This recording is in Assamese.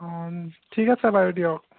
অঁ ঠিক আছে বাৰু দিয়ক